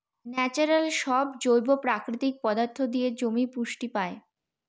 natural সব জৈব প্রাকৃতিক পদার্থ দিয়ে জমি পুষ্টি পায়